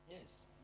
Yes